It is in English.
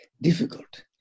difficult